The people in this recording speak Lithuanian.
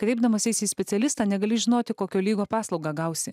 kreipdamasis į specialistą negali žinoti kokio lygio paslaugą gausi